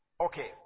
Okay